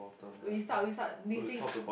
so we start we start misting